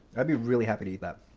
i'd be really happy to eat that.